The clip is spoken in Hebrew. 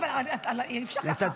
אבל אי-אפשר ככה.